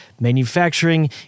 manufacturing